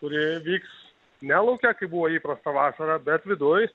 kuri vyks ne lauke kaip buvo įprasta vasarą bet viduj